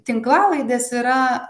tinklalaidės yra